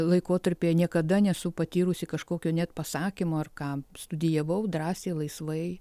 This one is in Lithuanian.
laikotarpyje niekada nesu patyrusi kažkokio net pasakymo ar ką studijavau drąsiai laisvai